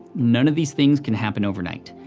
none of these things can happen overnight.